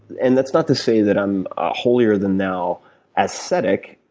and that's not to say that i'm a holier-than-thou ascetic.